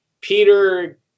Peter